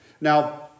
Now